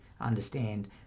understand